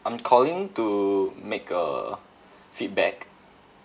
I'm calling to make a feedback